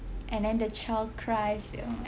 and then the child cries you know